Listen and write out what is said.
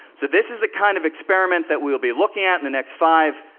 so this is the kind of experiment that we'll be looking at in the next five,